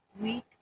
week